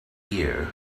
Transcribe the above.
year